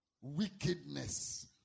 wickedness